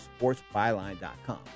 sportsbyline.com